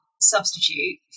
substitute